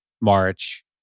March